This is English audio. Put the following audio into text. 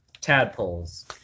Tadpoles